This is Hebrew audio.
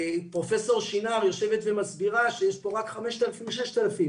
פרופ' שנער יושבת ומסבירה שיש פה רק 5,000 או 6,000 תרומות.